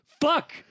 Fuck